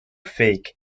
fake